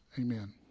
amen